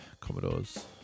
Commodores